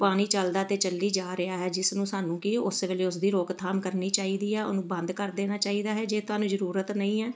ਪਾਣੀ ਚੱਲਦਾ ਤਾਂ ਚੱਲੀ ਜਾ ਰਿਹਾ ਹੈ ਜਿਸ ਨੂੰ ਸਾਨੂੰ ਕਿ ਉਸ ਵੇਲੇ ਉਸਦੀ ਰੋਕਥਾਮ ਕਰਨੀ ਚਾਹੀਦੀ ਆ ਉਹਨੂੰ ਬੰਦ ਕਰ ਦੇਣਾ ਚਾਹੀਦਾ ਹੈ ਜੇ ਤੁਹਾਨੂੰ ਜ਼ਰੂਰਤ ਨਹੀਂ ਹੈ